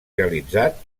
realitzat